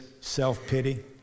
self-pity